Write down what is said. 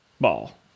ball